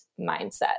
mindset